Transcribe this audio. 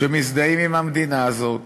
שמזדהים עם המדינה הזאת